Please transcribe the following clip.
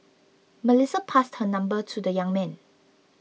Melissa passed her number to the young man